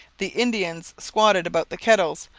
the indians squatted about the kettles,